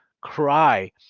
Cry